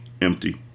empty